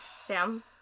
Sam